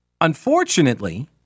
Unfortunately